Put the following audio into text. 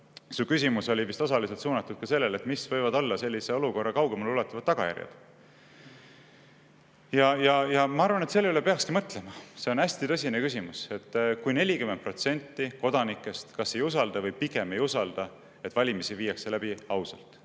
su küsimus oli vist osaliselt suunatud sellele, mis võivad olla sellise olukorra kaugemale ulatuvad tagajärjed. Ma arvan, et selle üle peakski mõtlema. See on hästi tõsine küsimus. Kui 40% kodanikest kas ei usalda või pigem ei usalda, et valimisi viiakse läbi ausalt,